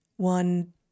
One